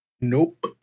Nope